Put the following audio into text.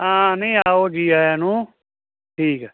ਹਾਂ ਨਹੀਂ ਆਓ ਜੀ ਆਇਆ ਨੂੰ ਠੀਕ ਐ